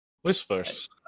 Whispers